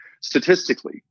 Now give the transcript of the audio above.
statistically